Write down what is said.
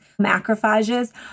Macrophages